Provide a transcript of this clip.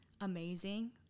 amazing